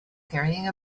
carrying